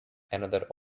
another